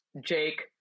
Jake